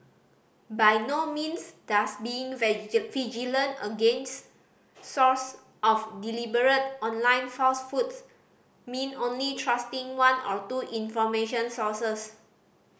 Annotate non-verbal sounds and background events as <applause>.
by no means does being <unintelligible> vigilant against source of deliberate online falsehoods mean only trusting one or two information sources